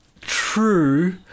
True